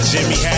Jimmy